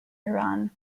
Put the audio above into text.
iran